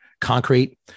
concrete